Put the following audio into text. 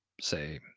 say